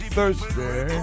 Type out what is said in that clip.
Thursday